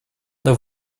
для